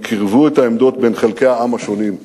הם קירבו את העמדות בין חלקי העם השונים.